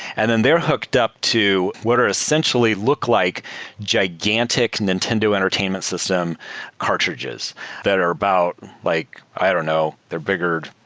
and then they're hooked up to what are essentially look like gigantic nintendo entertainment system cartridges that are about like i don't know. they're bigger.